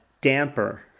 damper